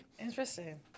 Interesting